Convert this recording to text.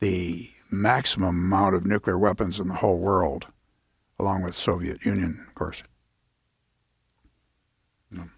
the maximum amount of nuclear weapons in the whole world along with soviet union